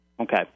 Okay